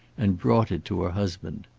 and brought it to her husband.